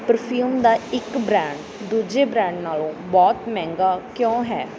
perfume ਦਾ ਇੱਕ brand ਦੂਜੇ ਬ੍ਰਾਂਡ ਨਾਲੋਂ ਬਹੁਤ ਮਹਿੰਗਾ ਕਿਉਂ ਹੈ